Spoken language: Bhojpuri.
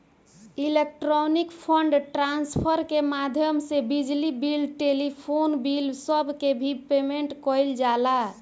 इलेक्ट्रॉनिक फंड ट्रांसफर के माध्यम से बिजली बिल टेलीफोन बिल सब के भी पेमेंट कईल जाला